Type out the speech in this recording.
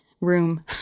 room